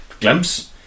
glimpse